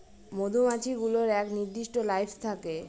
মধুমাছি গুলোর এক নির্দিষ্ট লাইফ থাকে